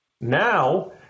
now